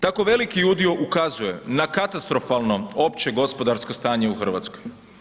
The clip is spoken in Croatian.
Tako veliki udio ukazuje na katastrofalno opće gospodarsko stanje u Hrvatskoj.